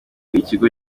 ikigo